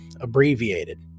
abbreviated